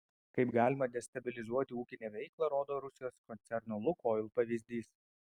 kaip galima destabilizuoti ūkinę veiklą rodo rusijos koncerno lukoil pavyzdys